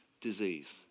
disease